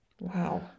Wow